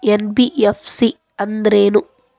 NBFC ಅಂದ್ರೇನು?